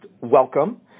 welcome